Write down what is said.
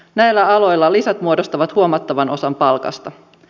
näillä aloilla lisät muodostavat huomattavan osan palkasta